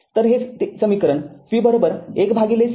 तर हे समीकरण v १c idt आहे